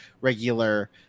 regular